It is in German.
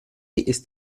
ist